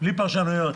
בלי פרשנויות.